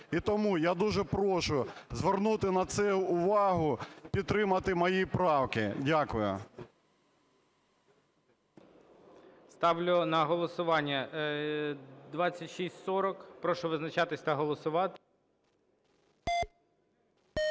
І тому я дуже прошу звернути на це увагу, підтримати мої правки. Дякую. ГОЛОВУЮЧИЙ. Ставлю на голосування 2640. Прошу визначатись та голосувати.